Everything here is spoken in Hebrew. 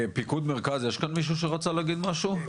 פיקוד מרכז יש כאן מישהו שרצה להגיד משהו?